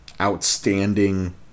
outstanding